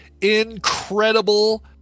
incredible